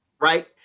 Right